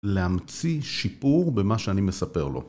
להמציא שיפור במה שאני מספר לו